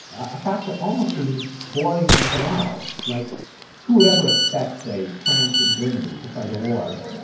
a fact that almost seems boring and banal like who would ever expect say, france and germany, to fight a war?